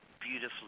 beautifully